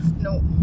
No